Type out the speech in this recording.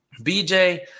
BJ